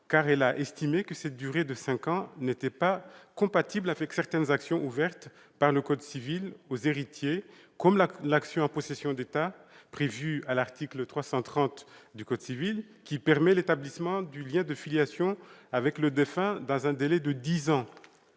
car elle a estimé que cette durée de cinq ans n'était pas compatible avec certaines actions ouvertes aux héritiers par le code civil, comme l'action en possession d'état prévue à l'article 330 du code civil, qui permet l'établissement du lien de filiation avec le défunt dans un délai de dix ans,